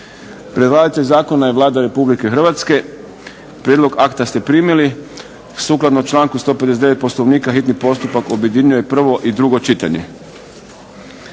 Predlagatelj zakona je Vlada Republike Hrvatske. Prijedlog akta ste primili. Sukladno članku 159. Poslovnika hitni postupak objedinjuje prvo i drugo čitanje.